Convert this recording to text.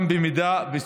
גם אם סורבה.